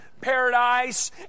paradise